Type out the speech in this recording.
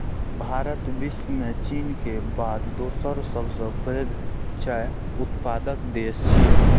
भारत विश्व मे चीन के बाद दोसर सबसं पैघ चाय उत्पादक देश छियै